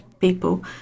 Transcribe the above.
people